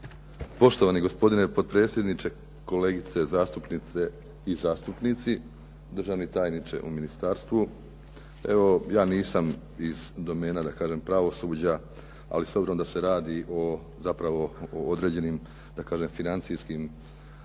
Poštovani gospodine potpredsjedniče, kolegice zastupnice i zastupnici, državni tajniče u ministarstvu. Evo, ja nisam iz domena, da kažem pravosuđa, ali s obzirom da se radi zapravo o određenim, da kažem financijskim efektima